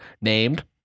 named